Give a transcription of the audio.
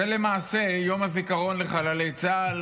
זה למעשה יום הזיכרון לחללי צה"ל,